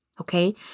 okay